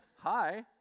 hi